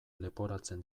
leporatzen